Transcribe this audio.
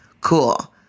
Cool